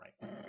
right